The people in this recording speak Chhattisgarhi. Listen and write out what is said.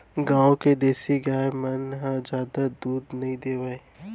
गॉँव के देसी गाय मन ह जादा दूद नइ देवय